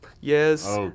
Yes